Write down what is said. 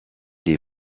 des